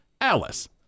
Alice